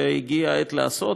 והגיעה העת לעשות,